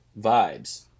Vibes